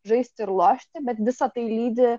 žaisti ir lošti bet visa tai lydi